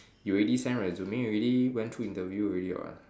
you already send resume already went through interview already [what]